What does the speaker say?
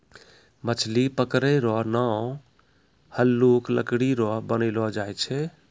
मछली पकड़ै रो नांव हल्लुक लकड़ी रो बनैलो जाय छै